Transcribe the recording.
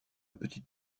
petite